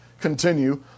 continue